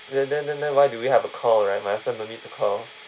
then then then why do we have to call right might as well no need to call